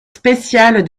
spéciale